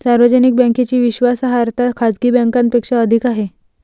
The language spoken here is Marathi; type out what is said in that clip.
सार्वजनिक बँकेची विश्वासार्हता खाजगी बँकांपेक्षा अधिक आहे